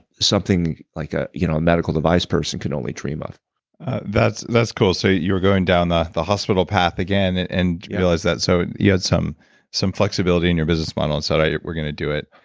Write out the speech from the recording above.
something like a you know medical device person can only dream of that's that's cool. so, you're going down the the hospital path again, and and realize that. so you had some some flexibility in your business model and said, all right. we're gonna do it.